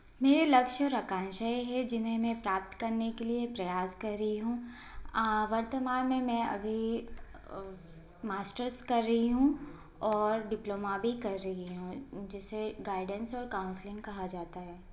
मेरे लक्ष्य और आकांक्षाएं हैं जिन्हें मैं प्राप्त करने के लिए प्रयास कर रही हूँ वर्तमान में मैं अभी मास्टर्स कर रही हूँ और डिप्लोमा भी कर रही हूँ जिसे गाइडेंस और काउंसलिंग कहा जाता है